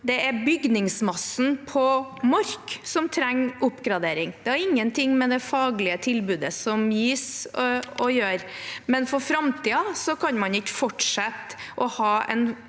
Det er bygningsmassen på Mork som trenger oppgradering. Det har ingenting med det faglige tilbudet som gis å gjøre. Men for framtiden kan man ikke fortsette å ha en